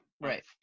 Right